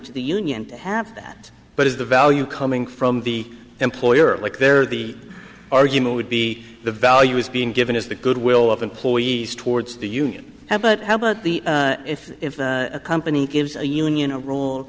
to the union to have that but is the value coming from the employer like they're the argument would be the value is being given as the goodwill of employees towards the union but how about the if a company gives a union